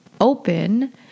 open